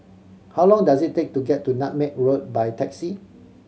how long does it take to get to Nutmeg Road by taxi